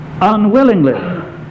unwillingly